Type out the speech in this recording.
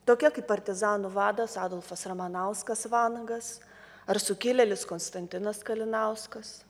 tokia kaip partizanų vadas adolfas ramanauskas vanagas ar sukilėlis konstantinas kalinauskas